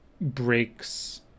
breaks